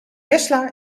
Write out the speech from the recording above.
tesla